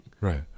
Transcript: Right